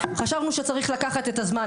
חשבנו שצריך לקחת את הזמן,